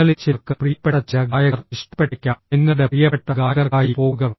നിങ്ങളിൽ ചിലർക്ക് പ്രിയപ്പെട്ട ചില ഗായകർ ഇഷ്ടപ്പെട്ടേക്കാം നിങ്ങളുടെ പ്രിയപ്പെട്ട ഗായകർക്കായി പോകുക